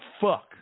fuck